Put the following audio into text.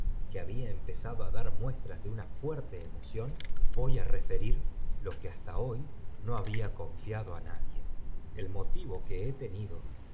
que haífeía empezado á dar muestras de una fuerte emopión voy á referir lo que hasta hoy no había confiado á nadie el motivo que he tenido